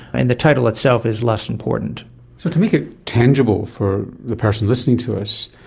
and the title itself is less important. so to make it tangible for the person listening to us,